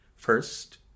first